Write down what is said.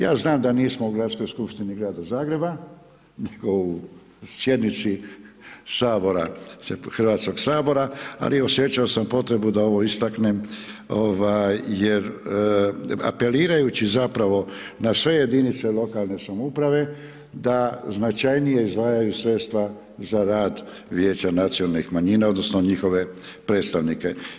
Ja znam da nismo u Gradskoj skupštini Grada Zagreba, nego u sjednici Sabora, Hrvatskog sabora, ali osjećao sam potrebu da ovo istaknem, ovaj, jer apelirajući zapravo na sve jedinice lokalne samouprave da značajnije izdvajaju sredstva za rad Vijeća nacionalnih manjina odnosno njihove predstavnike.